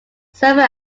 server